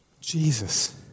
Jesus